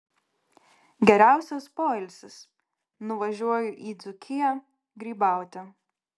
geriausias poilsis nuvažiuoju į dzūkiją grybauti